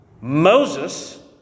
Moses